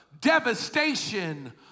devastation